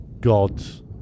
God's